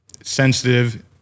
sensitive